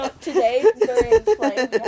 today